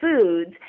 foods